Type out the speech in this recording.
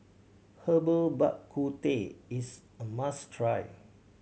Herbal Bak Ku Teh is a must try